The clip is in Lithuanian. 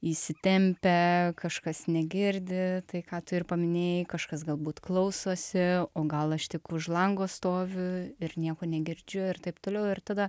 įsitempią kažkas negirdi tai ką tu ir paminėjai kažkas galbūt klausosi o gal aš tik už lango stoviu ir nieko negirdžiu ir taip toliau ir tada